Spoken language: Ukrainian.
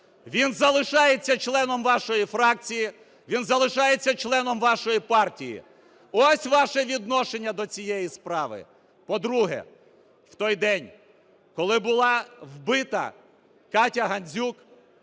Він залишається членом вашої фракції, він залишається членом вашої партії. Ось ваше відношення до цієї справи. По-друге. В той день, коли була вбита КатяГандзюк,